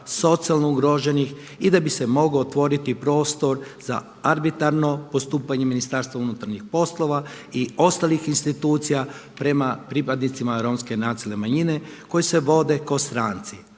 socijalno ugroženih i da bi se mogao otvoriti prostor za arbitarno postupanje Ministarstva unutarnjih poslova i ostalih institucija prema pripadnicima Romske nacionalne manjine koji se vode kao stranci,